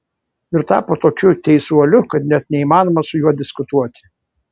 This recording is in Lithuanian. ir tapo tokiu teisuoliu kad net neįmanoma su juo diskutuoti